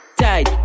tight